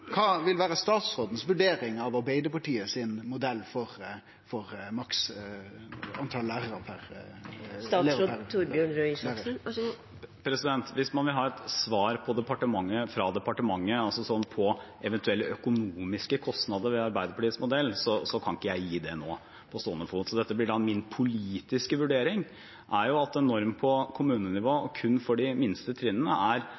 vurdering av Arbeidarpartiets modell for maks tal på elevar per lærar? Hvis man vil ha et svar fra departementet om eventuelle økonomiske kostnader ved Arbeiderpartiets modell, kan jeg ikke gi det nå, på stående fot. Dette blir min politiske vurdering: En norm på kommunenivå og kun for de laveste trinnene er